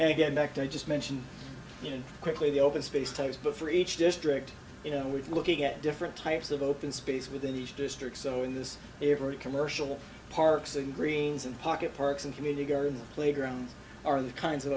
and again back to i just mentioned in quickly the open space times before each district you know with looking at different types of open space within each district so in this every commercial parks and greens and pocket parks and community gardens playground are the kinds of